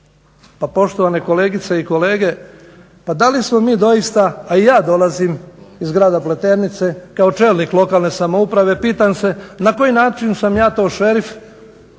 Pa poštovane kolegice i kolege, pa da li smo mi doista a ja dolazim iz grada Pleternice kao čelnik lokalne samouprave, pitam se na koji način sam ja to šerif ako